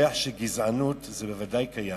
ריח של גזענות, זה בוודאי קיים.